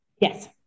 Yes